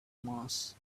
mars